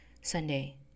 Sunday